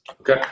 okay